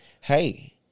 Hey